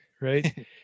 right